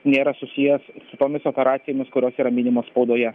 nėra susijęs su tomis operacijomis kurios yra minimos spaudoje